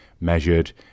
measured